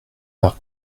par